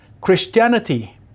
christianity